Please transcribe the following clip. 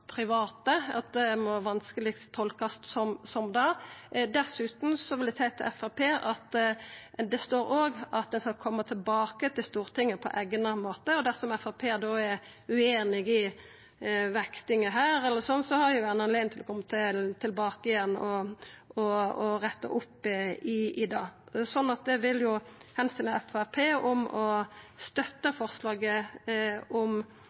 private, at det vanskeleg kan tolkast som det. Dessutan vil eg seia til Framstegspartiet at det òg står at ein skal koma tilbake til Stortinget på eigna måte. Dersom Framstegspartiet er ueinig i vektinga her, eller i anna, har ein anledning til å koma tilbake og retta opp i det. Så eg vil oppmoda Framstegspartiet om å støtta forslaget om nasjonal produksjon. Vi ønskjer ikkje å gjera det om